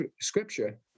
scripture